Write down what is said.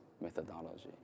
methodology